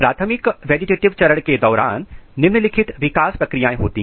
प्राथमिक वेजिटेटिव चरण के दौरान निम्नलिखित विकास प्रक्रिया होती हैं